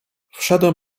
wszedłem